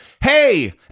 hey